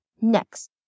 Next